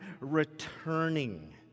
returning